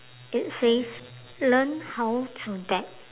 it says learn how to bet